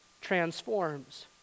transforms